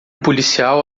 policial